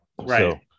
Right